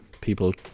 people